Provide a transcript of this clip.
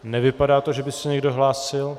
Nevypadá to, že by se někdo hlásil.